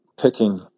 picking